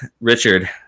Richard